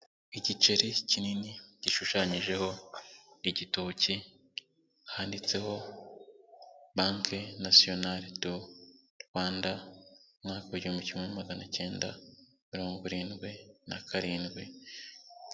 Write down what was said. Igiceri kinini gishushanyijeho igitoki, handitseho banki nasiyinari do Rwanda, umwaka w'igihumbi kimwe magana cyenda mirongo irindwi na karindwi.